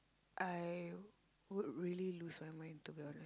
I would really lose my mind to be honest